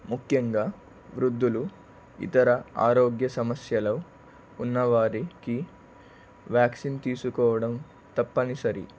ముఖ్యంగా వృద్ధులు ఇతర ఆరోగ్య సమస్యలలో ఉన్నవారికి వ్యాక్సిన్ తీసుకోవడం తప్పనిసరి